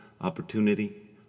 opportunity